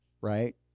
right